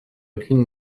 aucune